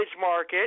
market